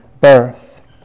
birth